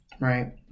right